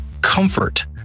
comfort